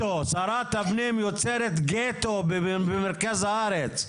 שרת הפנים יוצרת גטו במרכז הארץ.